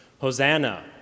Hosanna